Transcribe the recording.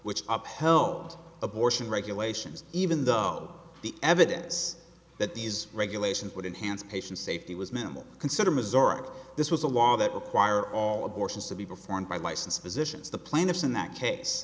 which up hello abortion regulations even though the evidence that these regulations would enhance patient safety was minimal consider mizoram this was a law that require all abortions to be performed by license physicians the plaintiffs in that case